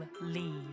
leave